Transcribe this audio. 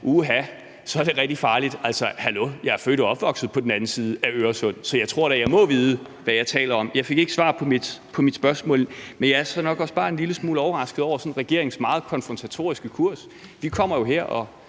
uha, så er det rigtig farligt. Hallo, jeg er født og opvokset på den anden side af Øresund, så jeg tror da, jeg må vide, hvad jeg taler om. Jeg fik ikke svar på mit spørgsmål, men jeg er så nok også bare en lille smule overrasket over regeringens meget konfrontatoriske kurs. Vi kommer jo her og